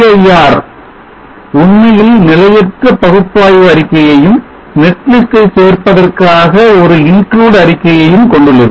cir உண்மையில் நிலையற்ற பகுப்பாய்வு அறிக்கையையும் netlist ஐ சேர்ப்பதற்காக ஒரு include அறிக்கையையும் கொண்டுள்ளது